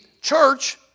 church